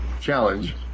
challenge